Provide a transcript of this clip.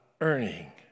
earning